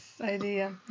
idea